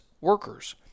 workers